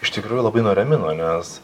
iš tikrųjų labai nuramino nes